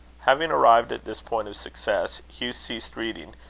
having arrived at this point of success, hugh ceased reading,